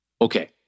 Okay